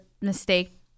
mistake